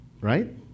Right